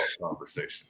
conversation